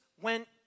went